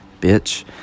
bitch